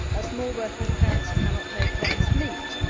as more working parents cannot make ends meet.